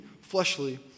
fleshly